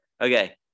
Okay